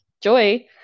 Joy